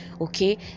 Okay